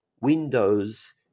windows